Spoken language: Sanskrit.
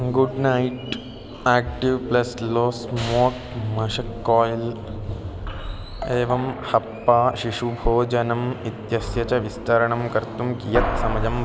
good Knight active plus low smoke मशक् कोय्ल् एवं हप्पा शिशुभोजनम् इत्यस्य च विस्तरणं कर्तुं कियत् समयः